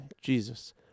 Jesus